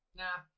nah